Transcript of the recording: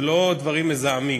זה לא דברים מזהמים.